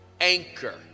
anchor